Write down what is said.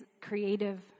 creative